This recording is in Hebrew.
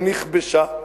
כבר נכבשה,